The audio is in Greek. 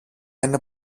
είναι